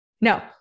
No